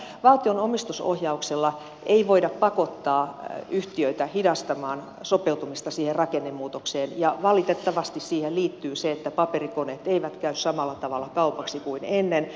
mutta valtion omistusohjauksella ei voida pakottaa yhtiöitä hidastamaan sopeutumista siihen rakennemuutokseen ja valitettavasti siihen liittyy se että paperikoneet eivät käy samalla tavalla kaupaksi kuin ennen